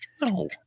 no